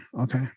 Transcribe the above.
Okay